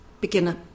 beginner